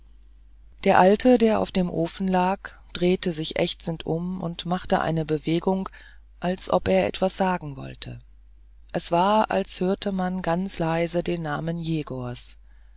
der alte der auf dem ofen lag drehte sich ächzend um und machte eine bewegung als ob er etwas sagen wollte es war als hörte man ganz leise den namen jegors